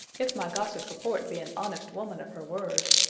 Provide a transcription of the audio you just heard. if my gossip report be an honest woman of her word.